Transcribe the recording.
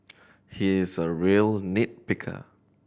he is a real nit picker